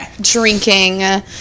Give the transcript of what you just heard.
drinking